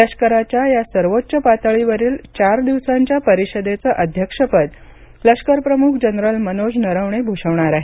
लष्कराच्या या सर्वोच्च पातळीवरील चार दिवसांच्या परीषदेचं अध्यक्षपद लष्करप्रमुख जनरल मनोज नरवणे भूषवणार आहेत